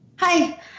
Hi